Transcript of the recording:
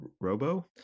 Robo